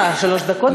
מה, שלוש דקות הסתיימו?